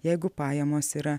jeigu pajamos yra